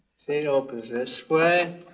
see it opens this way.